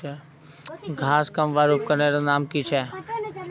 घांस कमवार उपकरनेर नाम की?